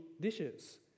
dishes